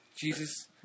Jesus